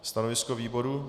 Stanovisko výboru?